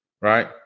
Right